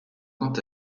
quant